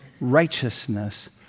righteousness